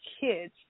kids